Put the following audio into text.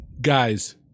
Guys